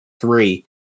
three